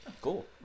cool